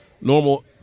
normal